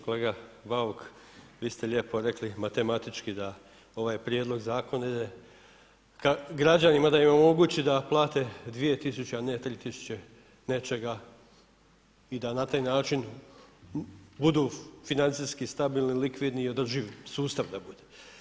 Kolega BAuk, vi ste lijepo rekli matematički da ovaj prijedlog zakona ide k građanima da im omogući da plate 2.000, a ne 3.000 nečega i da na taj način budu financijski stabilni, likvidni i održivi, sustav da bude.